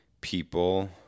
people